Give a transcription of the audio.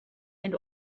and